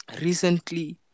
recently